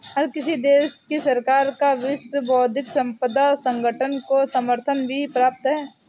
हर किसी देश की सरकार का विश्व बौद्धिक संपदा संगठन को समर्थन भी प्राप्त है